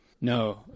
No